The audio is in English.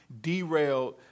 derailed